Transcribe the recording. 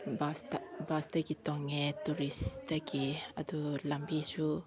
ꯕꯁꯇ ꯕꯁꯇꯒꯤ ꯇꯣꯡꯉꯦ ꯇꯨꯔꯤꯁꯇꯒꯤ ꯑꯗꯨ ꯂꯝꯕꯤꯁꯨ